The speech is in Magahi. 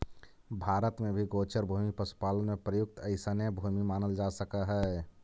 भारत में भी गोचर भूमि पशुपालन में प्रयुक्त अइसने भूमि मानल जा सकऽ हइ